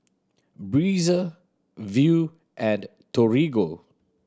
Breezer Viu and Torigo